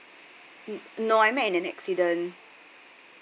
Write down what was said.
no I met in an accident